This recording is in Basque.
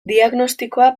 diagnostikoa